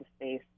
space